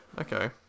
Okay